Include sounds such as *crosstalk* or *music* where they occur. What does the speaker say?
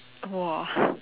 !wah! *breath*